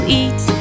eat